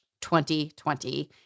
2020